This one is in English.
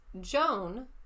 Joan